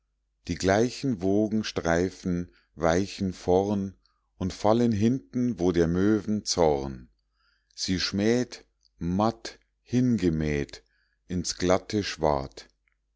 die gleichen wogen streifen weichen vorn und fallen hinten wo der möwen zorn sie schmäht matt hingemäht ins glatte